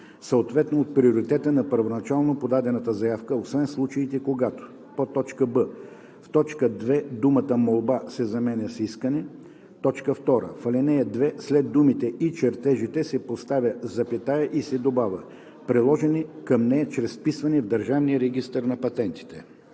съответно от приоритетa на първоначално подадената заявка, освен в случаите, когато:“; б) в т. 2 думата „молба“ се заменя с „искане“. 2. В ал. 2 след думите „и чертежите“ се поставя запетая и се добавя „приложени към нея чрез вписване в Държавния регистър на патентите“.“